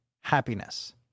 Happiness